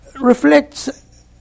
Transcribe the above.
reflects